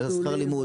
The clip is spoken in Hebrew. לא לימודים,